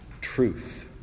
truth